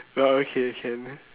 well okay can